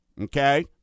okay